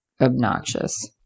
obnoxious